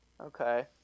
Okay